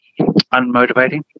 unmotivating